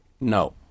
No